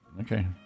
Okay